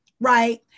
right